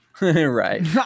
Right